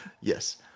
Yes